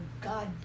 God